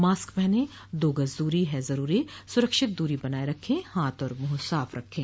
mask पहनें दो गज़ दूरी है ज़रूरी सुरक्षित दूरी बनाए रखें हाथ और मुंह साफ़ रखें